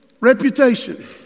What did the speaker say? reputation